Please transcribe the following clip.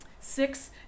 Six